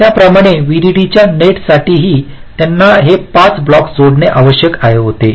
त्याचप्रमाणे व्हीडीडीच्या नेटसाठीही त्यांना हे 5 ब्लॉक जोडणे आवश्यक होते